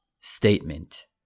Statement